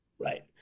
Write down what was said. Right